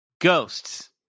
Ghosts